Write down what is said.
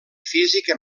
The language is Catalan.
física